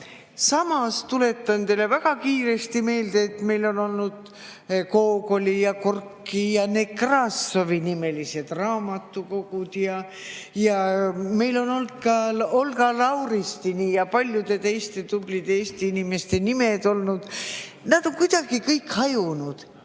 Samas, tuletan teile väga kiiresti meelde, meil on olnud Gogoli ja Gorki ja Nekrassovi nimelised raamatukogud ja meil on olnud ka [Johannes] Lauristini ja paljude teiste tublide Eesti inimeste nimedega [tänavaid]. Need on kõik kuidagi hajunud.